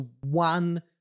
one